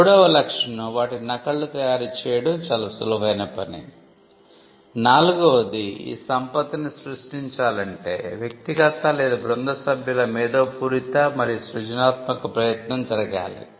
మూడవది వాటి నకళ్ళు తయారు చేయడం సులువైన పని నాలుగవది ఈ సంపత్తిని సృష్టించాలంటే వ్యక్తిగత లేదా బృంద సభ్యుల మేధో పూరిత మరియు సృజనాత్మక ప్రయత్నం జరిగాలి